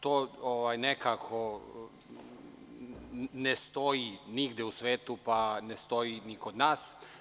To nekako ne stoji nigde u svetu, pa ne stoji ni kod nas.